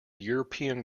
european